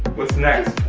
what's next?